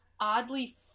oddly